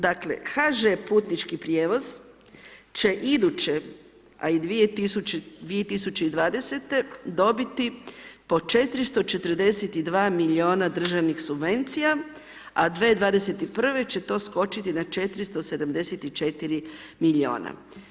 Dakle HŽ putnički prijevoz će iduće a i 2020., dobiti po 442 milijuna državnih subvencija a 2021. će to skočiti na 474 milijuna.